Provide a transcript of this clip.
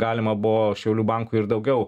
galima buvo šiaulių bankui ir daugiau